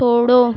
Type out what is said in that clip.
छोड़ो